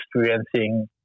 experiencing